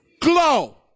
Glow